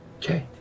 Okay